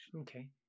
Okay